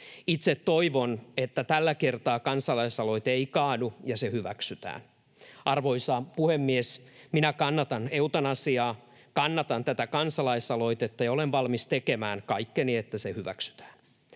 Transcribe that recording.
Itse toivon, että tällä kertaa kansalaisaloite ei kaadu ja se hyväksytään. Arvoisa puhemies! Minä kannatan eutanasiaa, kannatan tätä kansalaisaloitetta, ja olen valmis tekemään kaikkeni, että se hyväksytään.